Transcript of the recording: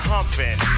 Humping